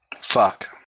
Fuck